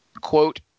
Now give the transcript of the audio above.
quote